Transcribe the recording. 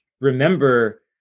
remember